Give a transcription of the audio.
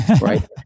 Right